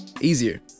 easier